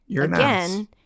again